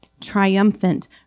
triumphant